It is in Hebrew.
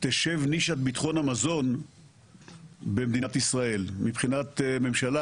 תשב נישת ביטחון המזון במדינת ישראל מבחינת ממשלה.